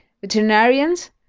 Veterinarians